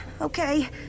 okay